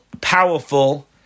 powerful